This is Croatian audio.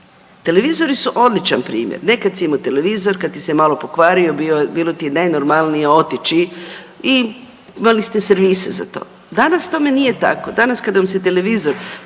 Televizori su odličan primjer, nekad si imao televizor, kad ti se malo pokvario, bilo ti je najnormalnije otići i imali ste servise za to, danas tome nije tako. Danas kada vam se televizor